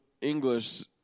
english